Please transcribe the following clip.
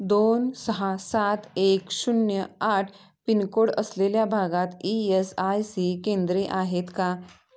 दोन सहा सात एक शून्य आठ पिनकोड असलेल्या भागात ई एस आय सी केंद्रे आहेत का